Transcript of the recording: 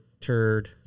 turd